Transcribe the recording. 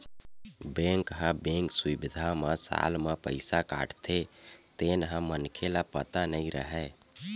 bank ह bank सुबिधा म साल म पईसा काटथे तेन ह मनखे ल पता नई रहय